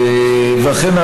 אכן,